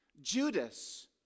Judas